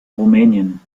rumänien